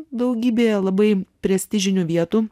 daugybė labai prestižinių vietų